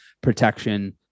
protection